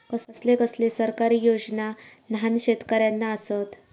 कसले कसले सरकारी योजना न्हान शेतकऱ्यांना आसत?